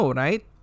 right